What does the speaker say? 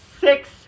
six